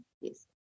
Yes